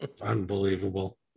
Unbelievable